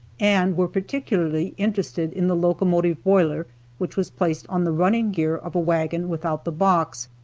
and were particularly interested in the locomotive boiler which was placed on the running gear of a wagon without the box,